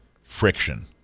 friction